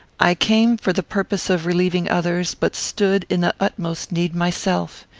i came for the purpose of relieving others, but stood in the utmost need myself.